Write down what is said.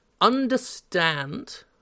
Understand